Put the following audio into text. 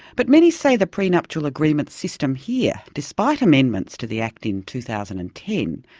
but many say the prenuptial agreement system here, despite amendments to the act in two thousand and ten,